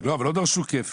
לא דרשו כפל.